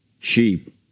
sheep